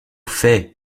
fait